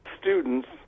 students